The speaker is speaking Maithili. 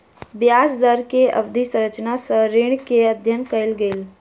ब्याज दर के अवधि संरचना सॅ ऋण के अध्ययन कयल गेल